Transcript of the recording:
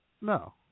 no